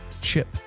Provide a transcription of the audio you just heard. Chip